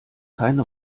keine